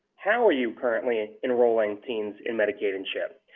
how are you currently and enrolling teens in medicaid and chip?